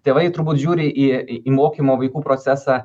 tėvai turbūt žiūri į į mokymo vaikų procesą